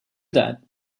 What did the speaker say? that